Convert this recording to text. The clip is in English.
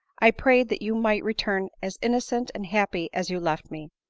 i prayed that you might return as innocent and happy as you left me.